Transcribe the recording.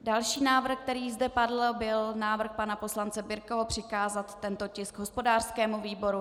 Další návrh, který zde padl, byl návrh pana poslance Birkeho přikázat tento tisk hospodářskému výboru.